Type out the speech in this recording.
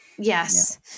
Yes